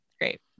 Great